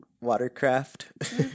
watercraft